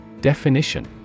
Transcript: Definition